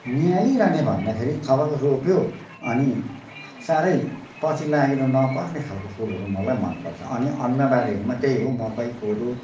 नियालिरहने भन्दाखेरि थपक्क रोप्यो अनि साह्रै पछि लागेर नपर्ने खालको फुलहरू मलाई मनपर्छ अनि अन्नबालीहरूमा त्यही हो मकै कोदो